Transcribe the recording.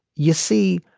you see,